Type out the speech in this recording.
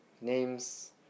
names